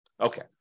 Okay